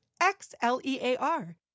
X-L-E-A-R